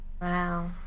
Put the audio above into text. Wow